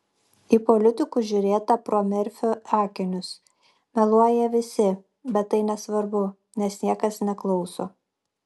į politikus žiūrėta pro merfio akinius meluoja visi bet tai nesvarbu nes niekas nesiklauso